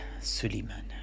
Suleiman